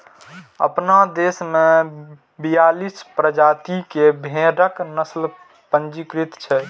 अपना देश मे बियालीस प्रजाति के भेड़क नस्ल पंजीकृत छै